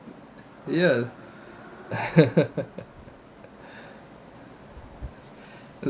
ya